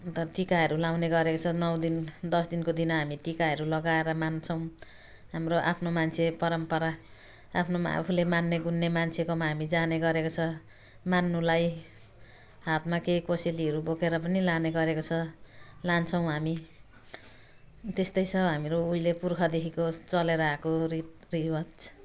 अन्त टिकाहरू लगाउने गरेको छ नौ दिन दस दिनको दिन हामी टिकाहरू लगाएर मान्छौँ हाम्रो आफ्नो मान्छे परम्परा आफू आफूले मान्ने गुन्ने मान्छेकोमा हामी जाने गरेको छ मान्नुलाई हातमा केही कोसेलीहरू बोकेर पनि लाने गरेको छ लान्छौँ हामी त्यस्तै छ हामीहरू उहिले पुर्खादेखिको चलेर आएको रीति रिवाज